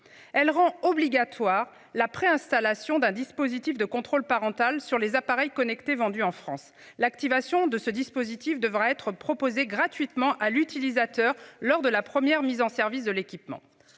elle rend obligatoire la pré-installation d'un dispositif de contrôle parental sur les appareils connectés vendus en France l'activation de ce dispositif devrait être proposé gratuitement à l'utilisateur lors de la première mise en service de l'équipement.